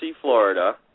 Florida